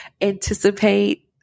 anticipate